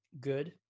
good